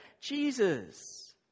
Jesus